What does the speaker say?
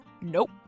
Nope